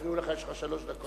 הפריעו לך, ויש לך שלוש דקות.